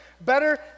better